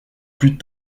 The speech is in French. plus